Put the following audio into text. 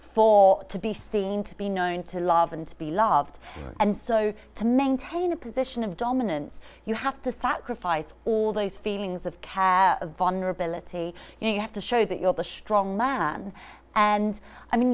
fall to be seen to be known to love and to be loved and so to maintain a position of dominance you have to sacrifice all those feelings of cat vulnerability and you have to show that your push strong man and i mean